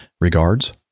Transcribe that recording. Regards